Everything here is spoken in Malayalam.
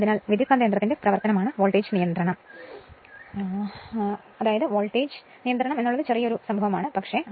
അതിനാൽ ട്രാൻസ്ഫോർമറിന്റെ പ്രവർത്തനമാണ് വോൾട്ടേജ് നിയന്ത്രണം ചെറുത്